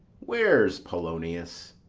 where's polonius?